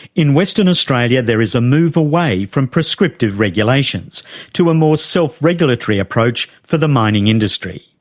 in western australia there is a move away from prescriptive regulations to a more self-regulatory approach for the mining industry.